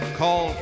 call